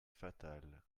fatal